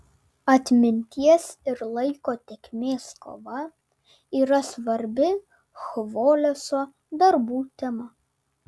atminties ir laiko tėkmės kova yra svarbi chvoleso darbų tema